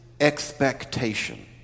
expectation